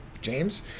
James